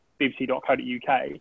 bbc.co.uk